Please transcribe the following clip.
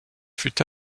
fut